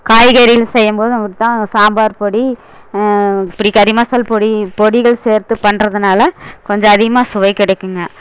காய்கறிகள் செய்யும் போதும் அப்டித்தான் சாம்பார் பொடி இப்படி கறி மசாலா பொடி பொடிகள் சேர்த்து பண்ணுறதுனால கொஞ்சம் அதிகமாக சுவை கிடைக்குங்க